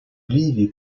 ливии